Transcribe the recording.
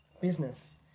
business